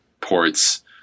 ports